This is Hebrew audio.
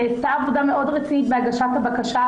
נעשתה עבודה מאוד רצינית בהגשת הבקשה.